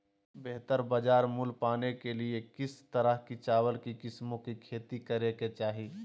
बेहतर बाजार मूल्य पाने के लिए किस तरह की चावल की किस्मों की खेती करे के चाहि?